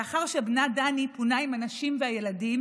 לאחר שבנה דני פונה עם הנשים והילדים,